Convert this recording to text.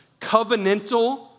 covenantal